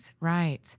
right